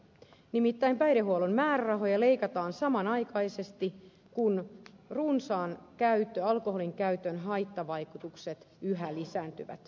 nimittäin päihdehuollon määrärahoja leikataan samanaikaisesti kun runsaan alkoholinkäytön haittavaikutukset yhä lisääntyvät